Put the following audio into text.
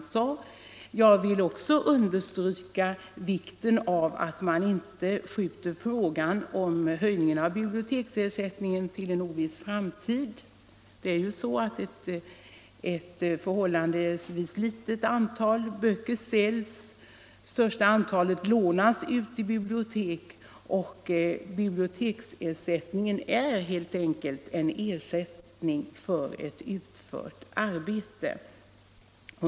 Även jag vill understryka vikten av att man inte skjuter frågan om höjningen av biblioteksersättningen på en oviss framtid. Ett förhållandevis litet antal böcker säljs; det största antalet lånas ut genom bibliotek, och biblioteksersättningen är helt enkelt ersättning för utfört arbete.